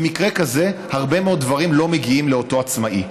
במקרה כזה הרבה מאוד דברים לא מגיעים לאותו עצמאי.